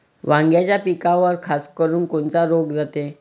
वांग्याच्या पिकावर खासकरुन कोनचा रोग जाते?